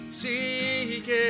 seek